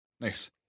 Nice